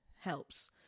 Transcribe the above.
helps